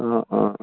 অঁ অঁ